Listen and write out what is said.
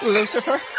Lucifer